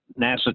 NASA